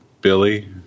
Billy